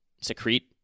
secrete